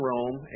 Rome